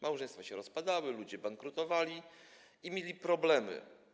Małżeństwa się rozpadały, ludzie bankrutowali i mieli problemy.